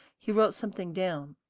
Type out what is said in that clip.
he wrote something down.